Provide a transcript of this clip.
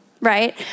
right